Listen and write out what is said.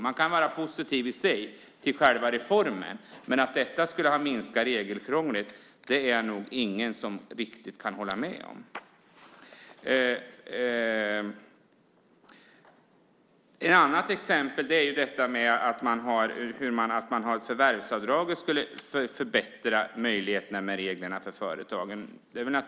Man kan vara positiv till själva reformen, men att detta skulle minska regelkrånglet kan nog ingen hålla med om. Ett annat exempel är att förvärvsavdraget skulle förbättra reglerna för företagen.